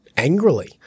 Angrily